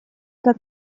как